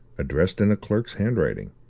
addressed in a clerk's handwriting,